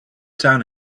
town